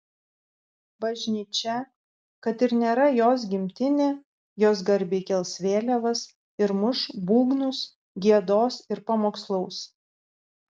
bažnyčia kad ir nėra jos gimtinė jos garbei kels vėliavas ir muš būgnus giedos ir pamokslaus